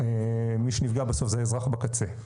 ומי שנפגע בסוף זה אזרח בקצה.